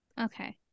Okay